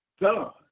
God